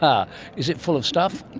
um is it full of stuff?